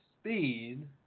speed